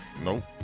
Nope